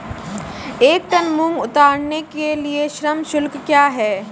एक टन मूंग उतारने के लिए श्रम शुल्क क्या है?